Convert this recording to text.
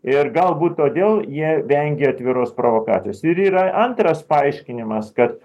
ir galbūt todėl jie vengė atviros provokacijos ir yra antras paaiškinimas kad